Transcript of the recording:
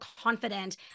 confident